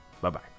Bye-bye